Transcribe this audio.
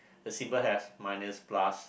the symbol has minus plus